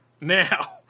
Now